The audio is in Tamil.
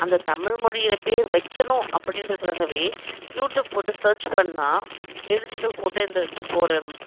அந்த தமிழ்மொழியில் பேர் வைக்கணும் அப்படின்றத்துக்காகவே யூடியூப் போட்டு சர்ச் பண்ணிணா எழுத்துக்கள் போட்ட இந்த இந்த இப்போ ஒரு